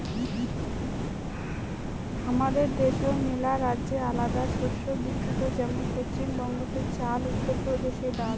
হামাদের দ্যাশোত মেলারাজ্যে আলাদা শস্য বিখ্যাত যেমন পশ্চিম বঙ্গতে চাল, উত্তর প্রদেশে ডাল